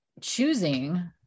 choosing